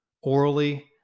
orally